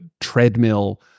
treadmill